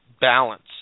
balance